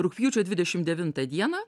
rugpjūčio dvidešim devintą dieną